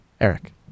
Eric